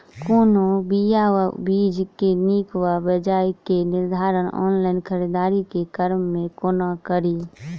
कोनों बीया वा बीज केँ नीक वा बेजाय केँ निर्धारण ऑनलाइन खरीददारी केँ क्रम मे कोना कड़ी?